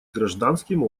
гражданским